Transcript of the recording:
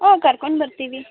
ಹ್ಞೂ ಕರ್ಕೊಂಡು ಬರ್ತೀವಿ